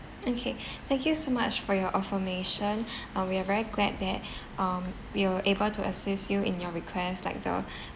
okay thank you so much for your affirmation um we are very glad that um we were able to assist you in your request like the